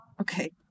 Okay